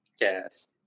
yes